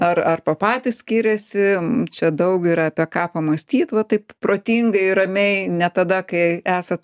ar arba patys skiriasi čia daug yra apie ką pamąstyt va taip protingai ramiai ne tada kai esat